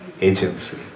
agency